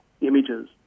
images